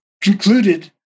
concluded